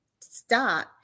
stop